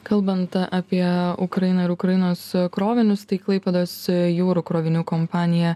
kalbant apie ukrainą ir ukrainos krovinius tai klaipėdos jūrų krovinių kompanija